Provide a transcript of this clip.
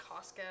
Costco